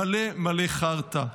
מלא מלא חרטא.